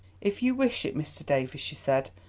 if you wish it, mr. davies, she said,